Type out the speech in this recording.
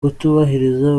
kutubahiriza